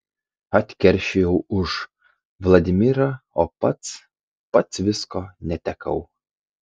atkeršijau už vladimirą o pats pats visko netekau